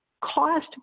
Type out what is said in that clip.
cost